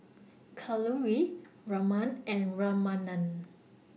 Kalluri Raman and Ramanand